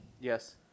Yes